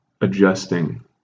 adjusting